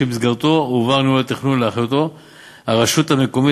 שבמסגרתו הועבר ניהול התכנון לאחריות הרשות המקומית,